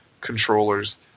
controller's